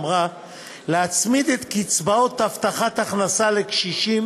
להצמיד את קצבאות הבטחת ההכנסה לקשישים